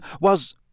was—